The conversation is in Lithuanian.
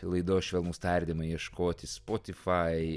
laidos švelnūs tardymai ieškoti spotifai